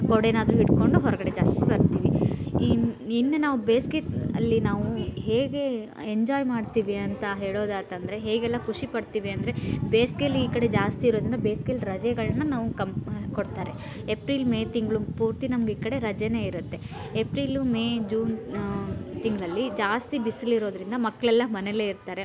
ಕೊಡೆನಾದರೂ ಹಿಡ್ಕೊಂಡು ಹೊರಗಡೆ ಜಾಸ್ತಿ ಬರ್ತೀವಿ ಇನ್ನು ಇನ್ನು ನಾವು ಬೇಸಿಗೆ ಅಲ್ಲಿ ನಾವು ಹೇಗೆ ಎಂಜಾಯ್ ಮಾಡ್ತೀವಿ ಅಂತ ಹೇಳೋದಾಯ್ತಂದ್ರೆ ಹೇಗೆಲ್ಲ ಖುಷಿಪಡ್ತೀವಿ ಅಂದರೆ ಬೇಸಿಗೆಯಲ್ಲಿ ಈ ಕಡೆ ಜಾಸ್ತಿ ಇರೋದರಿಂದ ಬೇಸಿಗೆಯಲ್ಲಿ ರಜೆಗಳನ್ನ ನಾವು ಕಮ್ಮಿ ಕೊಡ್ತಾರೆ ಏಪ್ರಿಲ್ ಮೇ ತಿಂಗ್ಳು ಪೂರ್ತಿ ನಮ್ಗೆ ಈ ಕಡೆ ರಜೆನೇ ಇರುತ್ತೆ ಏಪ್ರಿಲ್ಲು ಮೇ ಜೂನ್ ತಿಂಗಳಲ್ಲಿ ಜಾಸ್ತಿ ಬಿಸಿಲಿರೋದ್ರಿಂದ ಮಕ್ಕಳೆಲ್ಲ ಮನೆಯಲ್ಲೇ ಇರ್ತಾರೆ